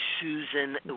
Susan